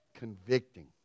convicting